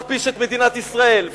מכפיש את מדינת ישראל.